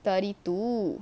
thirty two